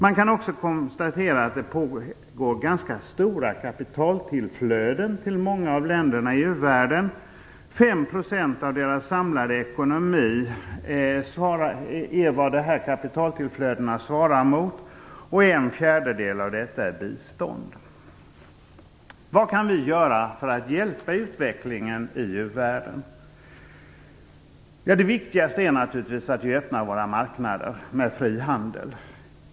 Man kan också konstatera att det pågår ganska stora kapitaltillflöden till många av länderna i u-världen. Kapitaltillflödena svarar mot 5 % av deras samlade ekonomi. 1/4 av detta är bistånd. Vad kan vi göra för att hjälpa utvecklingen i uvärlden? Det viktigaste är naturligtvis att vi öppnar våra marknader för fri handel.